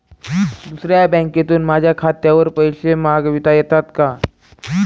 दुसऱ्या बँकेतून माझ्या खात्यावर मला पैसे मागविता येतात का?